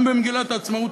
גם במגילת העצמאות,